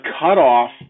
cutoff